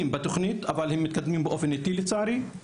בתוכנית אבל הם מתקדמים באופן איטי לצערי,